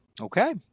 Okay